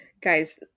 guys